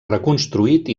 reconstruït